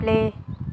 play